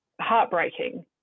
heartbreaking